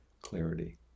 clarity